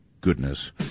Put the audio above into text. goodness